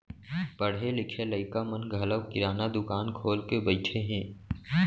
पढ़े लिखे लइका मन घलौ किराना दुकान खोल के बइठे हें